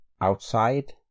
outside